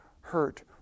hurt